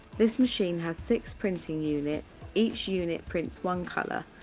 this machine has six printing units each unit prints one colour.